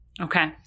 Okay